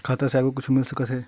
खाता से आगे कुछु मिल सकथे?